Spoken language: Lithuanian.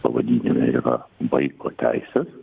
pavadinime yra vaiko teisės